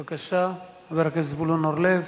בבקשה, חבר הכנסת זבולון אורלב.